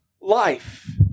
life